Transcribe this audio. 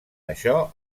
això